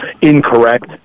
incorrect